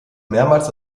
mehrmals